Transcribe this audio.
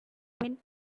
when